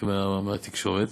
רק מהתקשורת.